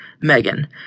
Megan